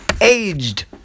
aged